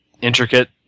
intricate